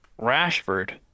Rashford